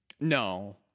no